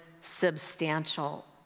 substantial